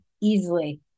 easily